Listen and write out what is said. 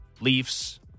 Leafs